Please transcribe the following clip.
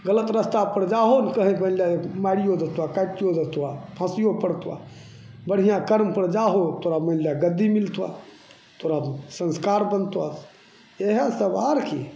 गलत रस्तापर जाहो कहीँके मानिले मारिओ देतऽ काटिओ देतऽ फाँसिओ पड़तऽ बढ़िआँ कर्मपर जाहो तोरा मानिले गद्दी मिलतऽ तोरा संस्कार बनतऽ इएहसब आओर कि